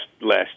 last